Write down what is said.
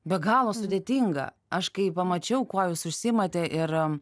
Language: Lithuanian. be galo sudėtinga aš kai pamačiau kuo jūs užsiimate ir